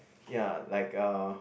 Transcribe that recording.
ya like a